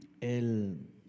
El